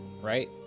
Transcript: right